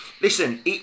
Listen